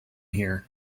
here